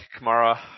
Kamara